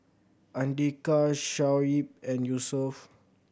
Andika Shoaib and Yusuf